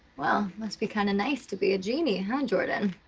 well, must be kind of nice to be a genie, huh, jordan?